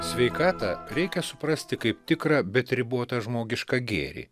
sveikatą reikia suprasti kaip tikrą bet ribotą žmogišką gėrį